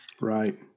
Right